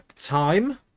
time